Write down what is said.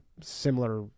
similar